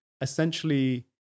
essentially